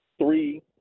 three